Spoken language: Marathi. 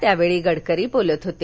त्यावेळी गडकरी बोलत होते